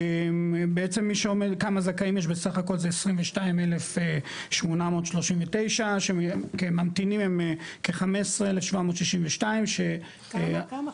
בעצם כמה זכאים יש בסך הכול זה 22,839 שכממתינים הם כ-15,762 ש- כמה?